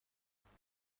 ممنون